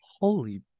Holy